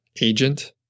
agent